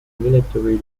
military